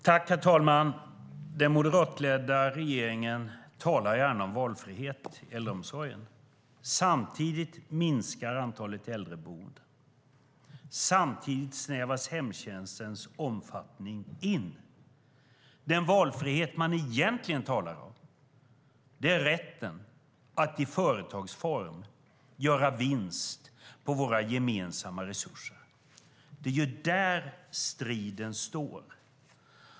Herr talman! Den moderatledda regeringen talar gärna om valfrihet i äldreomsorgen. Samtidigt minskar antalet äldreboenden och hemtjänstens omfattning snävas in. Den valfrihet man egentligen talar om är rätten att i företagsform göra vinst på våra gemensamma resurser. Det är där striden står.